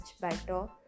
better